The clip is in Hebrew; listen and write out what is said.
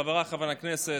חבריי חברי הכנסת,